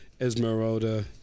Esmeralda